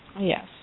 yes